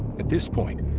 at this point,